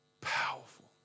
powerful